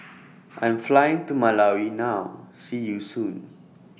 I'm Flying to Malawi now See YOU Soon